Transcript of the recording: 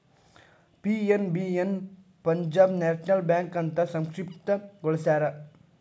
PNB ನ Punjab National Bank ಅಂತ ಸಂಕ್ಷಿಪ್ತ ಗೊಳಸ್ಯಾರ